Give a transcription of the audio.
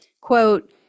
quote